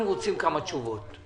אנחנו רוצים כמה תשובות.